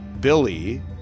Billy